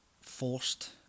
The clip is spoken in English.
forced